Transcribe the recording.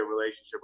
relationship